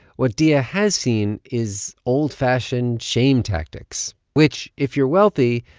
what diaa has seen is old-fashioned shame tactics, which, if you're wealthy,